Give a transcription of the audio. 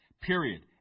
Period